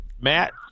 Matt